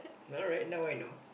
alright now I know